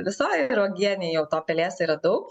visoj ir uogienėj jau to pelėsio yra daug